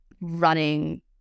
running